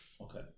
Okay